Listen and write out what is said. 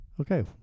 Okay